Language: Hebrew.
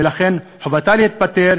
ולכן חובתה להתפטר,